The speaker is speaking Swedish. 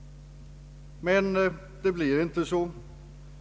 Men det blir inte så.